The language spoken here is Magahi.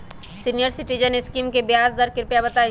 सीनियर सिटीजन स्कीम के ब्याज दर कृपया बताईं